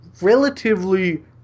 relatively